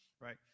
right